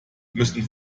müssen